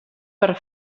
per